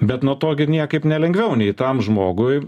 bet nuo to gi niekaip nelengviau nei tam žmogui